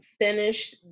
finish